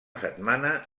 setmana